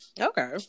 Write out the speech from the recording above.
okay